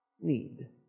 need